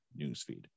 newsfeed